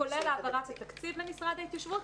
כולל העברת התקציב למשרד ההתיישבות.